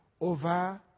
over